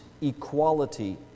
equality